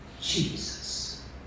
Jesus